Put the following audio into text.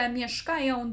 mieszkają